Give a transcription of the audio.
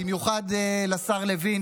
במיוחד לשר לוין,